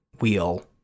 wheel